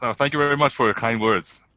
and thank you very much for your kind words.